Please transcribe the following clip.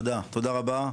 תודה רבה.